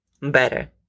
better